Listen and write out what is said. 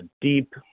deep